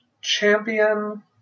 Champion